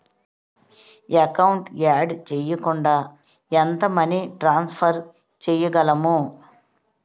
Account add చేయకుండా ఎంత money transfer చేయగలము?